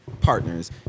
Partners